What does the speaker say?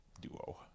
duo